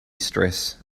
stress